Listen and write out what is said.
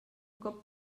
cop